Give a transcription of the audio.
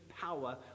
power